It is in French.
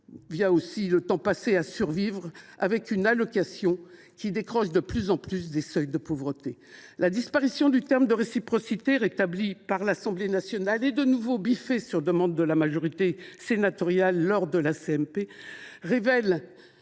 sans parler du temps passé à survivre avec une allocation qui décroche de plus en plus des seuils de pauvreté ! La disparition du terme « réciprocité », rétabli par l’Assemblée nationale et de nouveau biffé sur demande de la majorité sénatoriale lors de la commission